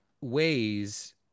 ways